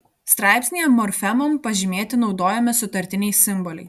straipsnyje morfemom pažymėti naudojami sutartiniai simboliai